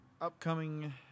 Upcoming